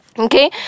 Okay